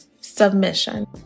submission